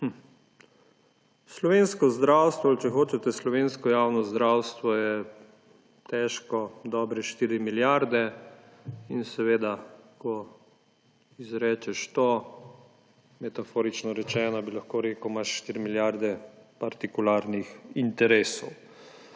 slovensko javno zdravstvo je težko dobre štiri milijarde. In seveda, ko izrečeš to, metaforično rečeno bi lahko rekel, imaš štiri milijarde partikularnih interesov.